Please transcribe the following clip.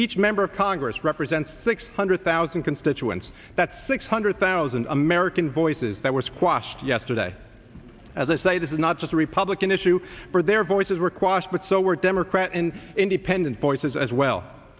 each member of congress represents six hundred thousand constituents that's six hundred thousand american voices that were squashed yesterday as i say this is not just a republican issue for their voices were quashed but so were democrat and independent